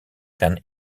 kan